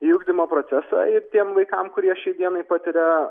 į ugdymo procesą ir tiem vaikams kurie šiai dienai patiria